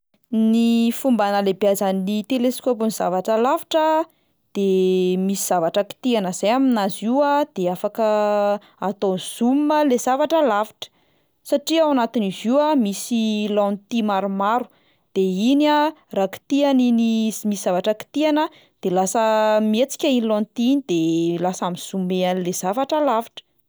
Ny fomba hanalebiazan'ny teleskaopy ny zavatra lavitra de misy zavatra kitihana zay aminazy io de afaka atao zoom a le zavatra lavitra, satria ao anatin'izy io de misy lentille maromaro de iny a raha kitihana iny s- misy zavatra kitihana de lasa mihetsika iny lentille iny de lasa mi-zoomer an'le zavatra lavitra.